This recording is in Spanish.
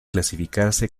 clasificarse